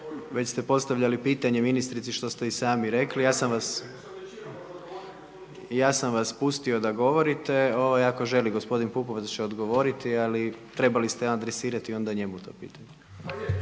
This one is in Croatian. već ste postavljali pitanje ministrici što ste i sami rekli, ja sam vas pustio da govorite. Ako želi gospodin Pupovac će odgovoriti ali trebali ste adresirati onda njemu to pitanje.